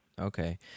Okay